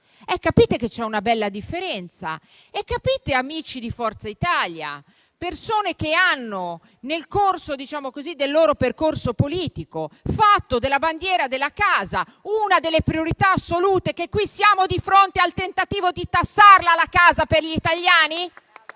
che c'è una bella differenza: lo capite, amici di Forza Italia - voi che nel vostro percorso politico avete fatto della bandiera della casa una delle priorità assolute - che qui siamo di fronte al tentativo di tassarla, la casa, per gli italiani?